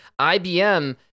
IBM